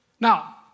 Now